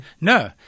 No